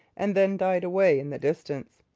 and then died away in the distance.